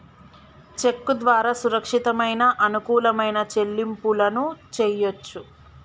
చెక్కు ద్వారా సురక్షితమైన, అనుకూలమైన చెల్లింపులను చెయ్యొచ్చు